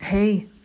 Hey